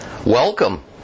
Welcome